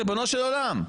ריבונו של עולם?